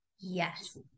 Yes